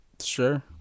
sure